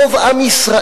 רוב עם ישראל,